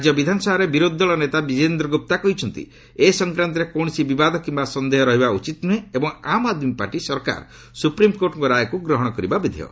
ରାଜ୍ୟ ବିଧାନସଭାରେ ବିରୋଧୀ ଦଳ ନେତା ବିଜେନ୍ଦ୍ର ଗୁପ୍ତା କହିଛନ୍ତି ଏ ସଫକ୍ରାନ୍ତରେ କୌଣସି ବିବାଦ କିୟା ସନ୍ଦେହ ରହିବା ଉଚିତ୍ ନୁହେଁ ଏବଂ ଆମ୍ ଆଦ୍ମି ପାର୍ଟି ସରକାର ସୁପ୍ରିମକୋର୍ଟଙ୍କ ରାୟକୁ ଗ୍ରହଣ କରିବା ବିଧେୟ